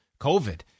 COVID